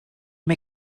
may